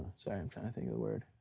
sorry, i'm trying to think of the word.